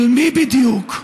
של מי בדיוק?